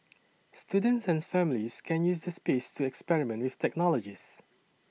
students and families can use the space to experiment with technologies